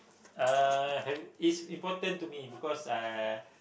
uh it's important to me because I